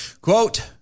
Quote